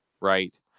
Right